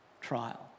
trial